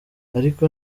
ariko